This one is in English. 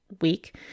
week